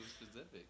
specific